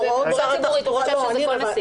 זה תחבורה ציבורית, הוא חשב שזה כל נסיעה.